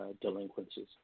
delinquencies